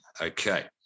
Okay